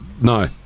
no